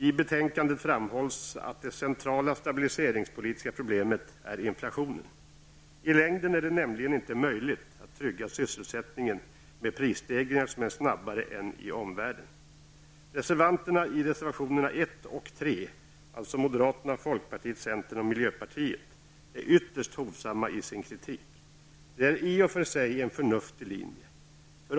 I betänkandet framhålls det att det centrala stabiliseringspolitiska problemet är inflationen. I längden är det nämligen inte möjligt att trygga sysselsättningen med prisstegringar som sker snabbare än i omvärlden. Reservanterna -- alltså moderaterna, folkpartiet, centern och miljöpartiet -- är, som framgår av reservationerna 1 och 3, ytterst hovsamma i sin kritik. Det är i och för sig en förnuftig linje.